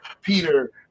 Peter